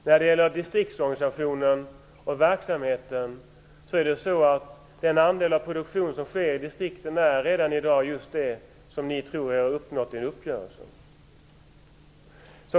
När det gäller verksamheten i distriktsorganisationen ligger den andel av produktionen som sker i distrikten redan i dag på den nivå som ni tror er ha uppnått i en uppgörelse.